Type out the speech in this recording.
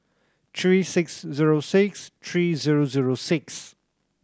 three six zero six three zero zero six